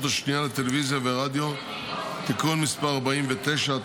השנייה לטלוויזיה ורדיו (תיקון מס' 49),